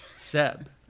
Seb